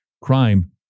crime